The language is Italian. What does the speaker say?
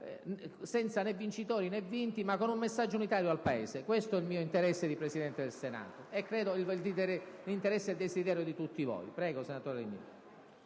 senza né vincitori né vinti, ma con un messaggio unitario al Paese. Questo è il mio interesse di Presidente del Senato, e credo sia l'interesse ed il desiderio di tutti voi. *(Applausi